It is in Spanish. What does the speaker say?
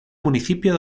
municipio